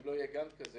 אם לא יהיה גאנט כזה,